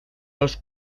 los